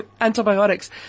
antibiotics